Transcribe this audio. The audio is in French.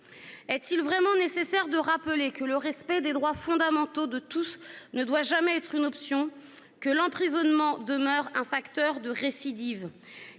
Est-il vraiment nécessaire de rappeler que le respect des droits fondamentaux de tous ne doit jamais être une option et que l'emprisonnement demeure un facteur de récidive ?